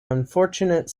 unfortunate